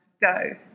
go